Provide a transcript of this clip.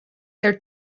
their